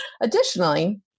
Additionally